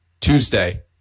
Tuesday